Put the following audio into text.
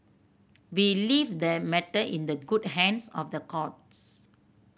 we leave the matter in the good hands of the courts